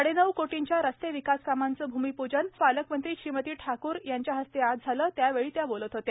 साडेनऊ कोटींच्या रस्ते विकासकामांचे भूमीपूजन पालकमंत्री ठाकूर यांच्या हस्ते आज झाले त्यावेळी त्या बोलत होत्या